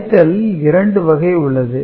கழித்தலில் இரண்டு வகை உள்ளது